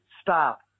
stop